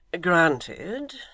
Granted